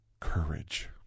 Courage